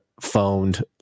phoned